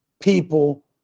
People